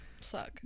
suck